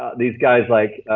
these guys like,